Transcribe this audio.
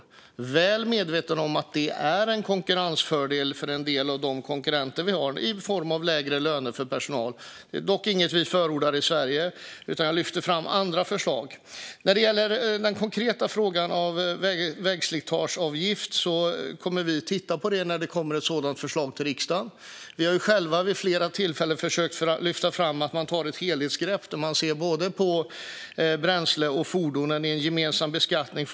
Jag är väl medveten om att detta är en konkurrensfördel för en del av de konkurrenter vi har i form av lägre löner för personal. Det är dock inget vi förordar i Sverige, utan jag lyfter fram andra förslag. När det gäller den konkreta frågan om vägslitageavgift kommer vi att titta på detta när det kommer ett sådant förslag till riksdagen. Vi har ju själva vid flera tillfällen försökt att lyfta fram att man bör ta ett helhetsgrepp där man ser på bränslet och fordonen i en gemensam beskattning.